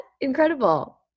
incredible